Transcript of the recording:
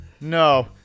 No